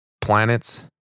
planets